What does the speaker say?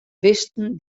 bisten